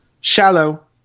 Shallow